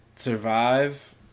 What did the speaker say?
survive